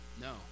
no